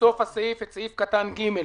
האוצר איזה "שגם" קטן.